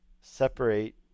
separate